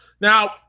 now